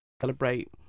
Celebrate